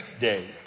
day